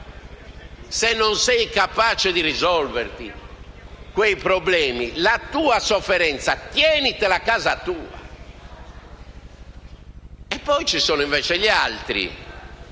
se non sei capace di risolverti quei problemi, la tua sofferenza tienitela a casa tua». Poi ci sono invece gli altri,